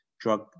drug